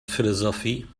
philosophy